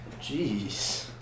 Jeez